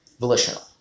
volitional